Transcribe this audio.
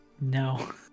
No